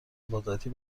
حفاظتی